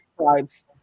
tribes